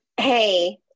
Hey